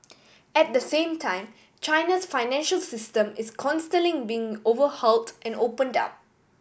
at the same time China's financial system is constantly being overhauled and opened up